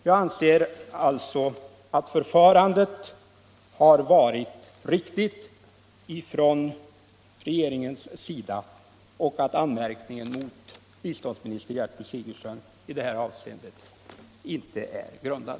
Jag anser alltså att regeringens förfarande har varit riktigt och att anmärkningen mot biståndsminister Gertrud Sigurdsen i detta avseende inte är grundad.